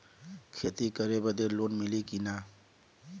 खेती करे बदे लोन मिली कि ना?